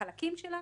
החלקים שלה,